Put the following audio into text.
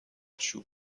چوب